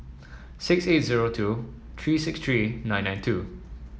six eight zero two three six three nine nine two